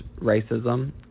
racism